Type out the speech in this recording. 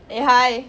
eh hi